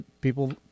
people